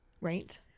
Right